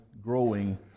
growing